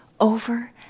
over